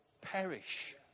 perish